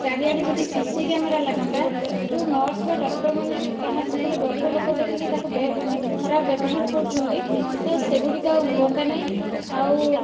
ଚାରିଆଡ଼େ ଯଦି C C camera ଲାଗନ୍ତା ଯେଉଁ ନର୍ସ ବା ଡକ୍ଟରମାନେ କାହାକୁ ଗୋଟିଏ ଗରିବଲୋକ ଦେଖିକି ତାକୁ ଖରାପ ବ୍ୟବହାର କରୁଛନ୍ତି ତ ସେଗୁଡ଼ିକ ଆଉ ହୁଅନ୍ତା ନାହିଁ ଆଉ